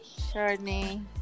Chardonnay